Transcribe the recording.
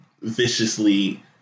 viciously